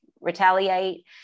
retaliate